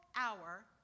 hour